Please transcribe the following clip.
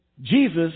Jesus